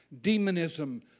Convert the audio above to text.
demonism